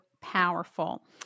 powerful